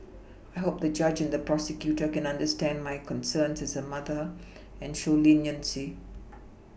I hope the judge and the prosecutor can understand my concerns as a mother and show leniency